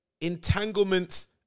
entanglements